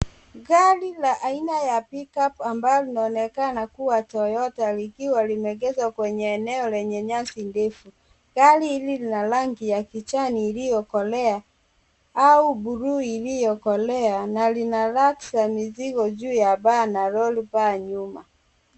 Gari la aina ya Pickup ambalo linaonekana kuwa Toyota likiwa limeegezwa kwenye eneo lenye nyasi ndefu. Gari hili lina rangi ya kijani iliyokolea au buluu iliyokolea na lina lux ya mizigo juu na roll bar nyuma.